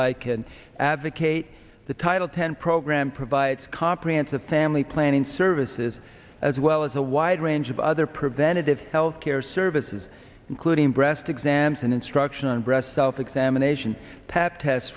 can advocate the title penn program provides comprehensive family planning services as well as a wide range of other preventative health care services including breast exams and instructional breast self examination pap tests